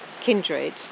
Kindred